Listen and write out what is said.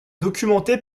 documentée